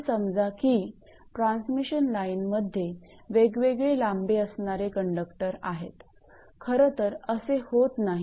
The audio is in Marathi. असे समजा की ट्रान्समिशन लाईनमध्ये वेगवेगळी लांबी असणारे कंडक्टर आहेत खरतर असे होत नाही